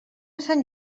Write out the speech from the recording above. sant